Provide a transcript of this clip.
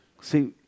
See